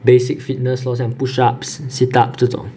basic fitness lor 像 push ups sit up 这种